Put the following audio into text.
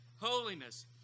holiness